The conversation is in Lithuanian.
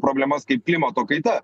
problemas kaip klimato kaita